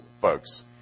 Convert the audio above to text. folks